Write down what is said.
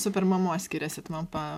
supermamos skiriasi tu man pa